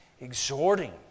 exhorting